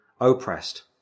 oppressed